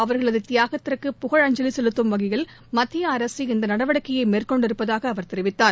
அவர்களதுதியாகத்திற்கு புகழ் அஞ்சலிசெலுத்தும் வகையில் மத்தியஅரசு இந்தநடவடிக்கையைமேற்கொண்டிருப்பதாகஅவர் தெரிவித்தார்